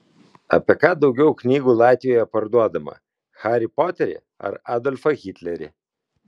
apie ką daugiau knygų latvijoje parduodama harį poterį ar adolfą hitlerį